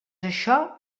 això